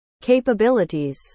capabilities